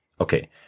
Okay